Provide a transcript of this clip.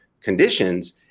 conditions